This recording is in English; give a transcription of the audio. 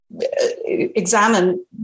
examine